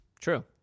True